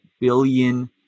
billion